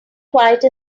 quite